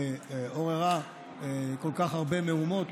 שעוררה כל כך הרבה מהומות,